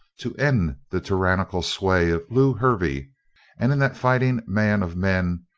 to end the tyrannical sway of lew hervey and in that fighting man of men,